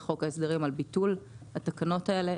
חוק ההסדרים על ביטול התקנות האלה.